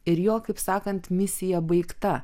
ir jo kaip sakant misija baigta